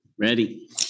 Ready